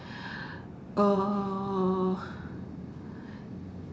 err